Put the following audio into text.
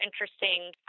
interesting